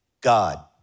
God